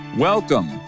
Welcome